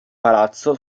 palazzo